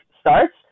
starts